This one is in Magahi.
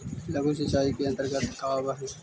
लघु सिंचाई के अंतर्गत का आव हइ?